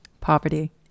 poverty